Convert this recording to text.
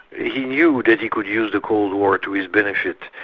he knew that he could use the cold war to his benefit,